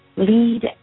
Lead